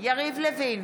יריב לוין,